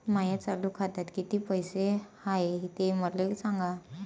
माया चालू खात्यात किती पैसे हाय ते मले सांगा